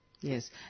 Yes